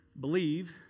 believe